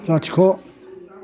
लाथिख'